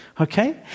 Okay